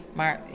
Maar